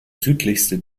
südlichste